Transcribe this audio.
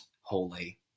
holy